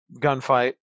gunfight